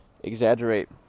exaggerate